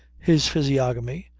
his physiognomy,